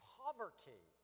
poverty